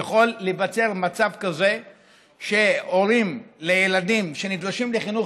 יכול להיווצר מצב כזה שהורים לילדים שנדרשים לחינוך